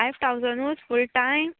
five ठावजणूच full time